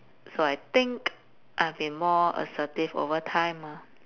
so I think I have been more assertive over time ah